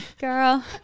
Girl